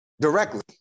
directly